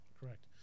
Correct